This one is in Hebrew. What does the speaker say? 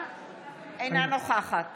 נוכחת